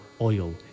oil